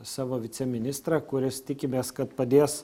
savo viceministrą kuris tikimės kad padės